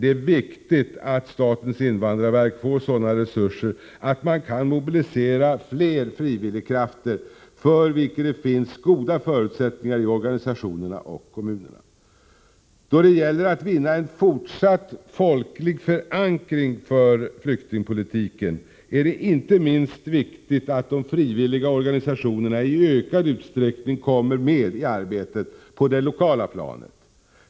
Det är viktigt att statens invandrarverk får sådana resurser att man kan mobilisera fler frivilligkrafter, för vilket det finns goda förutsättningar i Organisationerna och kommunerna. Då det gäller att vinna en fortsatt folklig förankring för flyktingpolitiken är det inte minst viktigt att de frivilliga organisationerna i ökad utsträckning kommer med i arbetet på det lokala planet.